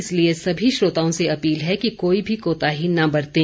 इसलिए सभी श्रोताओं से अपील है कि कोई भी कोताही न बरतें